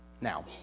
Now